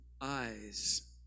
Eyes